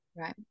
Right